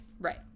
Right